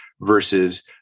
versus